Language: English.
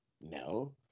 No